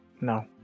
No